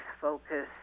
focus